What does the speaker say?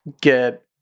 get